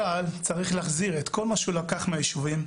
צה"ל צריך להחזיר את כל מה שהוא לקח מהיישובים,